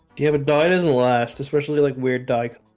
you have a diet isn't last especially like weird dyke